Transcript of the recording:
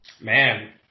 Man